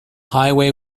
highway